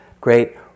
great